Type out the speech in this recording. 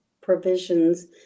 provisions